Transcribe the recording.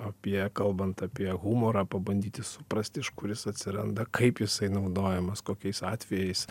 apie kalbant apie humorą pabandyti suprasti iš kur jis atsiranda kaip jisai naudojamas kokiais atvejais